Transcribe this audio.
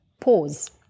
Pause